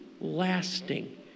lasting